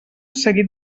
seguit